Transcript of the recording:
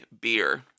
beer